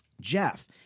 Jeff